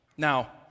Now